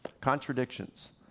contradictions